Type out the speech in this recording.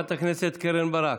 חברת הכנסת קרן ברק,